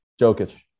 Jokic